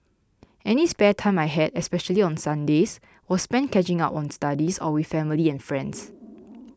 any spare time I had especially on Sundays was spent catching up on studies or with family and friends